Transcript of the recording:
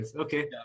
Okay